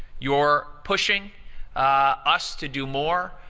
you're pushing us to do more,